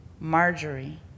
Marjorie